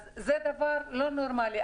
אז זה דבר לא נורמלי.